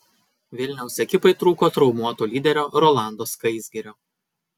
vilniaus ekipai trūko traumuoto lyderio rolando skaisgirio